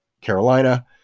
Carolina